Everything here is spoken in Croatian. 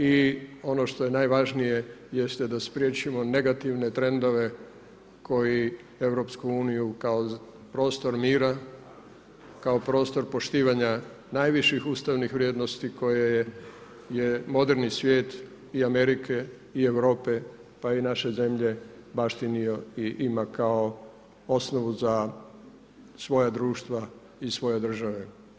I ono što je najvažnije jeste da spriječimo negativne trendove koji EU kao prostor mira, kao prostor poštivanja najviših ustavnih vrijednosti koje je moderni svijet i Amerike i Europe pa i naše zemlje baštinio i ima kao osnovu za svoja društva i svoje države.